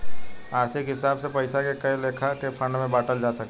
आर्थिक हिसाब से पइसा के कए लेखा के फंड में बांटल जा सकेला